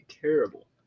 terrible